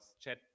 chat